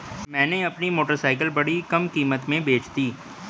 मैंने अपनी मोटरसाइकिल बड़ी कम कीमत में बेंच दी